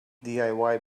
diy